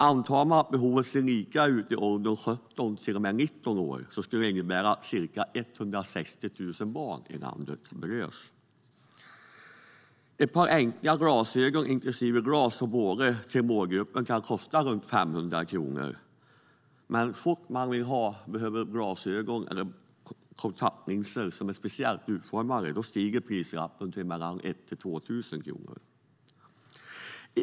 Antar man att behovet ser lika ut i åldern 17-19 år skulle det innebära att ca 160 000 barn och unga i landet berörs. Ett par enkla glasögon inklusive glas och bågar till målgruppen kan kosta runt 500 kronor. Men så fort man behöver glasögon eller kontaktlinser som är särskilt utformade stiger priset till mellan 1 000 och 2 000 kronor.